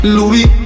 Louis